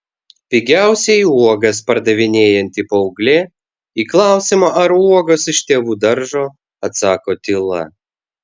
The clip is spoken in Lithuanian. pigiausiai uogas pardavinėjanti paauglė į klausimą ar uogos iš tėvų daržo atsako tyla